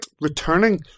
returning